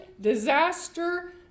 disaster